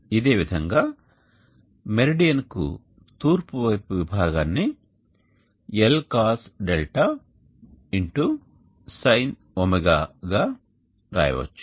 ఇదేవిధంగా మెరిడియన్ కు తూర్పువైపు విభాగాన్ని Lcosδ x sinω గా రాయవచ్చు